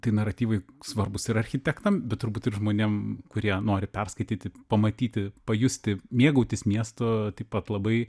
tai naratyvai svarbūs ir architektam bet turbūt ir žmonėm kurie nori perskaityti pamatyti pajusti mėgautis miestu taip pat labai